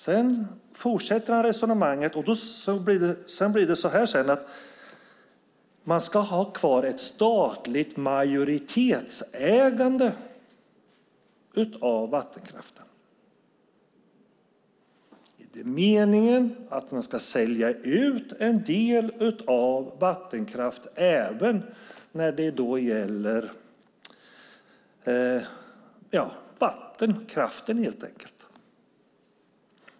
Sedan fortsatte han resonemanget så här: Man ska ha kvar ett statligt majoritetsägande av vattenkraften. Är det meningen att man ska sälja ut en del av själva vattenkraften, helt enkelt?